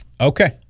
Okay